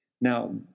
Now